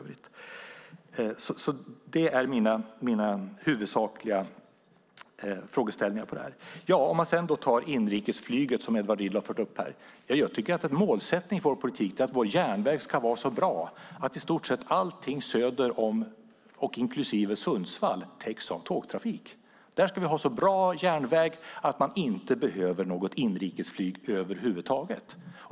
Det är mina huvudsakliga frågor. Så inrikesflyget, som Edward Riedl förde upp här. Jag tycker att målsättningen för vår politik ska vara att vår järnväg ska vara så bra att i stort sett allting söder om och inklusive Sundsvall täcks av tågtrafik. Där ska vi ha en så bra järnväg att man inte behöver något inrikes flyg över huvud taget.